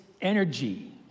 energy